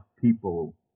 people